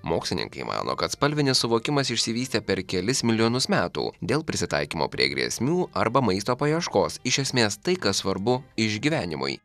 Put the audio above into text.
mokslininkai mano kad spalvinis suvokimas išsivystė per kelis milijonus metų dėl prisitaikymo prie grėsmių arba maisto paieškos iš esmės tai kas svarbu išgyvenimui